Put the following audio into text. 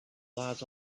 lies